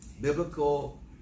biblical